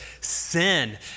sin